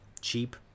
cheap